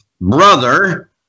brother